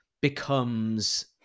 becomes